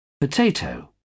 Potato